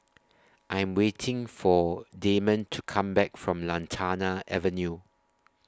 I Am waiting For Damond to Come Back from Lantana Avenue